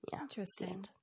Interesting